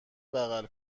بغل